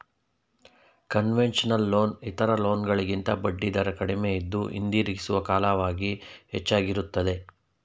concessional loan ಇತರ loan ಗಳಿಗಿಂತ ಬಡ್ಡಿದರ ಕಡಿಮೆಯಿದ್ದು, ಹಿಂದಿರುಗಿಸುವ ಕಾಲವಾಗಿ ಹೆಚ್ಚಾಗಿರುತ್ತದೆ